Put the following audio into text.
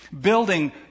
Building